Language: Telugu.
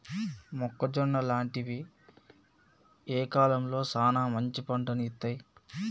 మొక్కజొన్న లాంటివి ఏ కాలంలో సానా మంచి పంటను ఇత్తయ్?